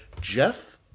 Jeff